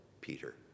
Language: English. Peter